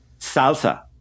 salsa